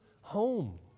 home